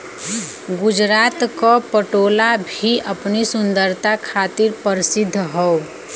गुजरात क पटोला भी अपनी सुंदरता खातिर परसिद्ध हौ